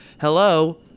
Hello